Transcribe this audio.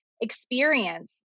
experience